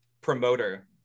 promoter